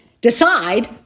decide